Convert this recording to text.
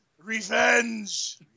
Revenge